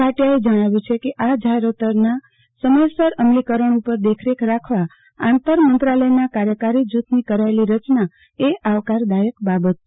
ભાટિયાએ જણાવ્યુ છે કે આ જાહેરાતોના સમયસર અમલીકરણ ઉપર દેખરેખ રાખવા આંતર મંત્રાલયના કાર્યકારી જુથની કરાયેલી રચના એ આવકારદાયક બાબત છે